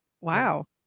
Wow